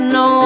no